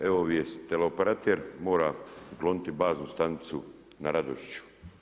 Evo vijesti, teleoperater mora ukloniti baznu stanicu na Radošiću.